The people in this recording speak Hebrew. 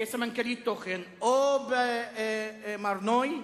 כסמנ"כלית תוכן, או במר, נוי?